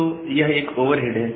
तो यह एक ओवरहेड है